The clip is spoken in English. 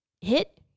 hit